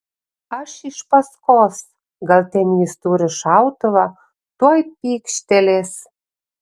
aš iš paskos gal ten jis turi šautuvą tuoj pykštelės